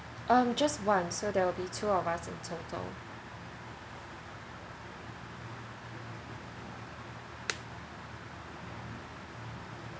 um just one so they will be two of us in total